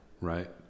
Right